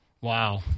Wow